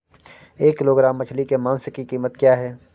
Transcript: एक किलोग्राम मछली के मांस की कीमत क्या है?